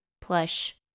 plush